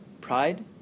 pride